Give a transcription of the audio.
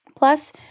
Plus